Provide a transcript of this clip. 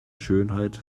schönheit